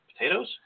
Potatoes